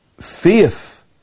faith